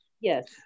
yes